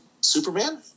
Superman